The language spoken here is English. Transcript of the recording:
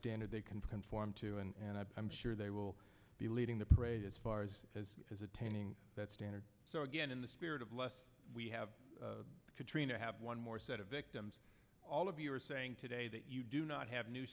standard they can conform to and i'm sure they will be leading the parade as far as attaining that standard so again in the spirit of lest we have katrina have one more set of victims all of you are saying today that you do not have new